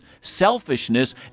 selfishness